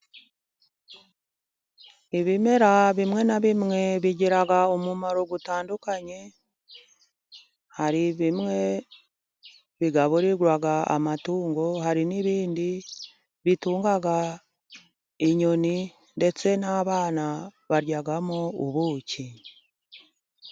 Ibimera bimwe na bimwe, bigira umumaro utandukanye, hari bimwe bigaburirwa amatungo, hari n'ibindi bitunga inyoni, ndetse n'abana baryamo ubuki.